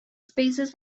spaces